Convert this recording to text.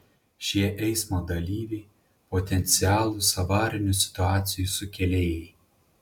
šie eismo dalyviai potencialūs avarinių situacijų sukėlėjai